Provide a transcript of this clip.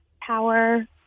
power